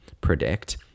predict